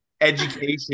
education